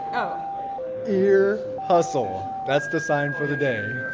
oh ear. hustle. that's the sign for the day.